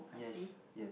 yes yes